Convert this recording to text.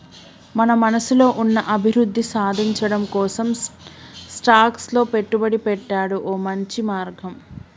మన మనసులో ఉన్న అభివృద్ధి సాధించటం కోసం స్టాక్స్ లో పెట్టుబడి పెట్టాడు ఓ మంచి మార్గం